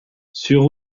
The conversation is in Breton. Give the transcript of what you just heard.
sur